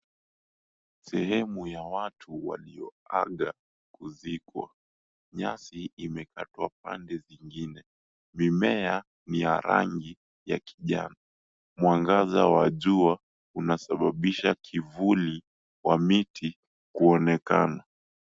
Sehemu ya watu walio aga kuzikwa nyasi imekatwa pande zingine mimea ni ya rangi ya kijani, mwangaza wa jua unaosababisha kivuli wa miti kuonekana.